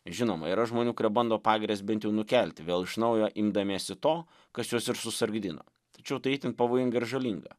žinoma yra žmonių kurie bando pagirias bent jau nukelti vėl iš naujo imdamiesi to kas juos ir susargdino tačiau tai itin pavojinga ir žalinga